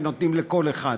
ונותנים לכל אחד.